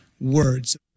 words